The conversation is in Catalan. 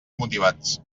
motivats